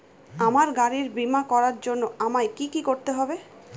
আমার গাড়ির বীমা করার জন্য আমায় কি কী করতে হবে?